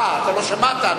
אתה לא שמעת?